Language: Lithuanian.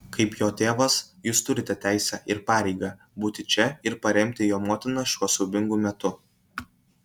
kaip jo tėvas jūs turite teisę ir pareigą būti čia ir paremti jo motiną šiuo siaubingu metu